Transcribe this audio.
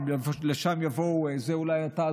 את זה אולי אתה,